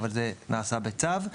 אבל זה נעשה בצו.